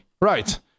Right